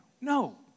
No